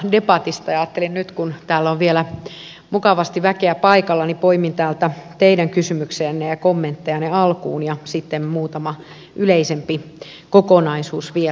ajattelin nyt kun täällä on vielä mukavasti väkeä paikalla poimia täältä teidän kysymyksiänne ja kommenttejanne alkuun ja sitten muutama yleisempi kokonaisuus vielä